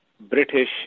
British